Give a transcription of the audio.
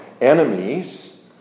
enemies